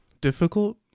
difficult